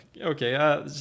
okay